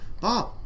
Bob